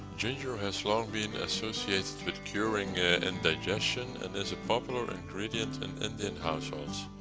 ginger has long been associated with curing indigestion and is a popular ingredient in indian households.